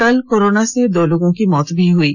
कल कोरोना से दो लोगों की मौत हो गयी